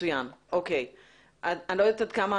עד כמה